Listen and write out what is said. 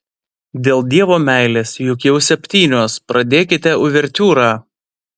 dėl dievo meilės juk jau septynios pradėkite uvertiūrą